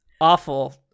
awful